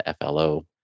FLO